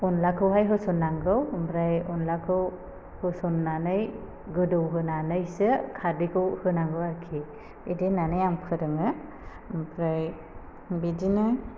अनलाखौहाय होसन नांगौ आमफ्राय अनलाखौ होसन्नानै गोदौ होनानैसो खारदैखौ होनांगौ आरोखि बिदि होन्नानै आं फोरोङो आमफ्राय बिदिनो